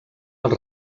els